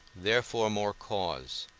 therefore more cause.